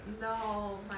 No